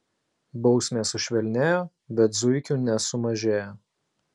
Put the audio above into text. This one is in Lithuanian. bausmės sušvelnėjo bet zuikių nesumažėjo